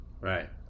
Right